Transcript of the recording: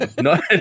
no